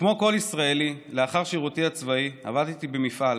וכמו כל ישראלי, לאחר שירותי הצבאי עבדתי במפעל,